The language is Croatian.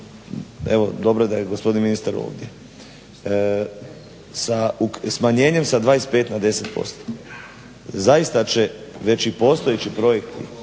evo dobro je da je gospodin ministar ovdje. Smanjenjem sa 25 na 10% zaista će već i postojeći projekti